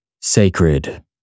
sacred